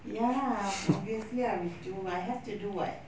ya lah obviously I will do I have to do [what]